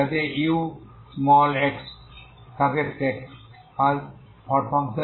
যাতে ux0t0হয়